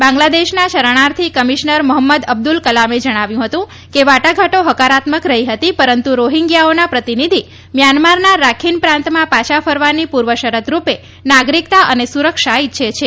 બાંગ્લાદેશના શરણાર્થી કમિશનર મોહમ્મદ અબ્દુલ કલામે જણાવ્યું હતું કે વાટાઘાટો હકારાત્મક રહી હતી પરંતુ રોહિંગ્યાઓના પ્રતિનિધિ મ્યાનમારના રાખીન પ્રાંતમાં પાછા ફરવાની પૂર્વશરત રૂપે નાગરિકતા અને સુરક્ષા ઈચ્છે છે